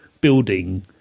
building